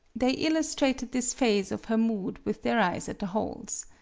they illus trated this phase of her mood with their eyes at the holes.